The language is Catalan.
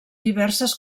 diverses